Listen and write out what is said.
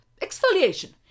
Exfoliation